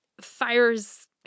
fires